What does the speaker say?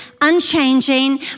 unchanging